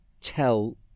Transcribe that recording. tell